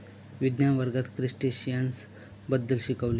विज्ञान वर्गात क्रस्टेशियन्स बद्दल शिकविले